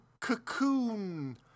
cocoon